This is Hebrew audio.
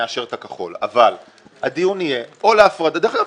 נאשר את הנוסח הכחול אבל הדיון יהיה או דרך אגב,